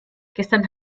gestern